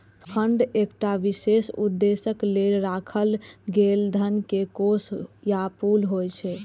fund एकटा विशेष उद्देश्यक लेल राखल गेल धन के कोष या पुल होइ छै